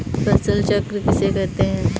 फसल चक्र किसे कहते हैं?